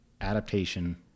adaptation